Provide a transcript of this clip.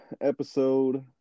episode